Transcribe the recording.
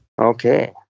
Okay